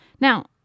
now